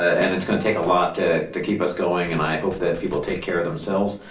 and it's gonna take a lot to to keep us going. and i hope that people take care of themselves.